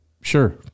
Sure